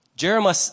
Jeremiah